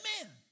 Amen